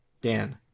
Dan